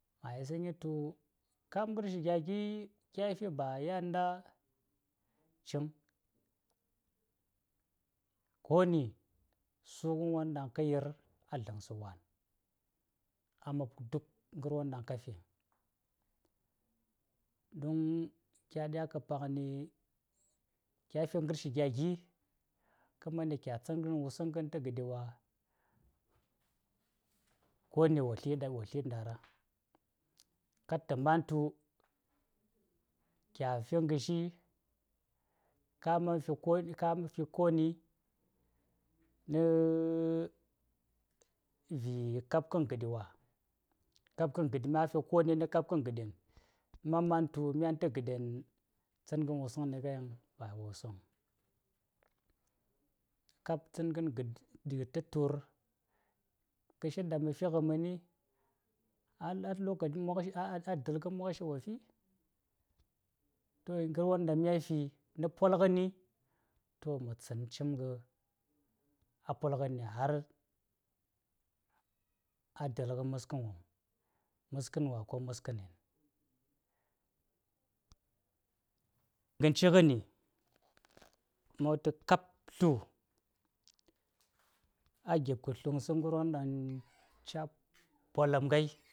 Ayisə ngəi to kab ngər shi gya gi ƙyafi ba yan ngən da ciŋ koni su ngən won ɗan kə yir a dləŋ sə a mob duk ngər won ɗaŋ kafi don kya dya kə paŋŋi kya fi ngər shi gya gi kə mani kyatsən ngən wusuŋ ngən te gəɗi wa koni wo tli ndara kod tə man tu kya fi ngə shi ka man fi koni nəfi kab kən gəɗi wa mafi koni nə kab kən gəɗen tsən ngən wusunni nga yin a wusuŋan kab tsan ngən gəd tə tur gəshin ɗaŋ məfi ngə məni a dəl kə mokshi wopi to ngər won ɗaŋ mya fi nə pol ngəni to mə tsən cim ngə a polngəni har dəl kə məs kən wom məs kən wa ko məs kənen ngən ci ngəni ma wutu kab tlu a gip kə sə gərwon ɗan ca poləm ngəi.